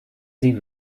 sie